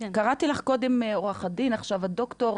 קראתי לך קודם עורכת דין ועכשיו את דוקטור?